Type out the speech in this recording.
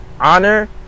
honor